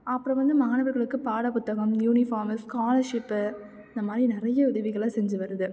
அப்புறம் வந்து மாணவர்களுக்குப் பாடப் புத்தகம் யூனிபார்மு ஸ்காலர்ஷிப்பு இந்த மாதிரி நிறைய உதவிகளை செஞ்சு வருது